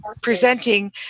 presenting